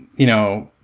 you know,